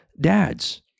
dads